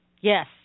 Yes